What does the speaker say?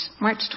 March